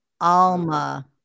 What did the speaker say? Alma